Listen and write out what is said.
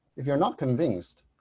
if you're not convinced,